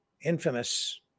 infamous